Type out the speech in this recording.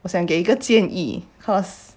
我想给一个建议 cause